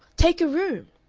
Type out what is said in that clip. take a room!